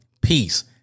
peace